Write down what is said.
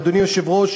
אדוני היושב-ראש,